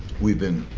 we've been